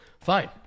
fine